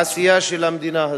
מהעשייה של המדינה הזאת.